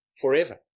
forever